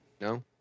No